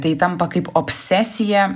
tai tampa kaip obsesija